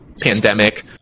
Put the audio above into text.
pandemic